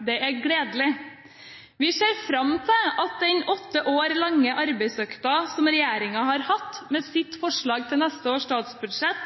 Det er gledelig. Vi ser fram til at den åtte år lange arbeidsøkten som regjeringen har hatt, og dens forslag til neste års statsbudsjett,